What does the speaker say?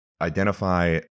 identify